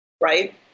right